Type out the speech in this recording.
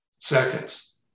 seconds